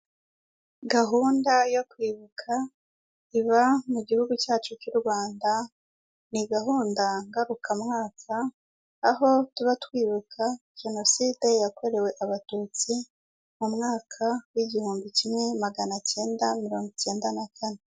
Gahunda yo kwibuka iba mu gihugu cyacu cy'u Rwanda, ni gahunda ngarukamwaka, aho tuba twibuka Jenoside yakorewe Abatutsi mu mwaka w'igihumbi kimwe magana icyenda mirongo icyenda na kane.